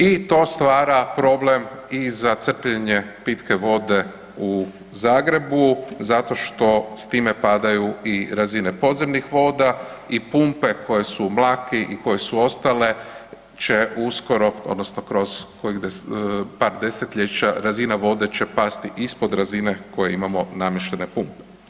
I to stvara problem i za crpljenje pitke vode u Zagrebu zato što s time padaju i razine podzemnih voda i pumpe koje su u Mlaki i koje su ostale će uskoro odnosno kroz kojih par desetljeća, razina vode će pasti ispod razine koje imamo namještene pumpe.